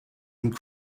and